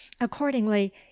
accordingly